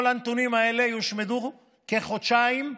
כל הנתונים האלה יושמדו כחודשיים אחרי,